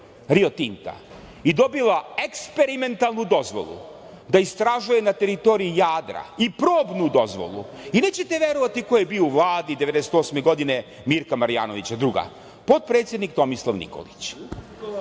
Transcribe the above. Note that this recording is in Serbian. Rio Tinta i dobila eksperimentalnu dozvolu da istražuje na teritoriji Jadra, i probnu dozvolu i nećete verovati ko je bio u Vladi 1998 godine, Mirka Marjanovića. Potpredsednik Tomislav Nikolić.